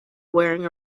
wearing